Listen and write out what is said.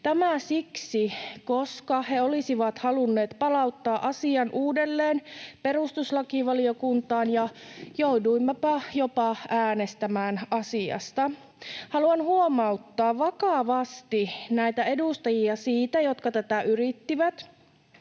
tämä siksi, koska he olisivat halunneet palauttaa asian uudelleen perustuslakivaliokuntaan, ja jouduimmepa jopa äänestämään asiasta. Haluan huomauttaa vakavasti näitä edustajia, jotka tätä yrittivät,